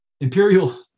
imperial